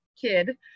kid